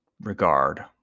regard